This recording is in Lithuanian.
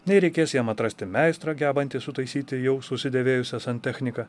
nei reikės jam atrasti meistrą gebantį sutaisyti jau susidėvėjusią santechniką